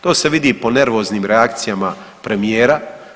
To se vidi po nervoznim reakcijama premijera.